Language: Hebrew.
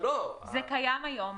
זה קיים היום.